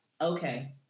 okay